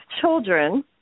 children